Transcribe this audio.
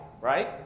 right